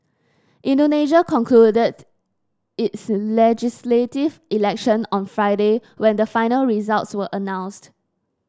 Indonesia concluded its legislative election on Friday when the final results were announced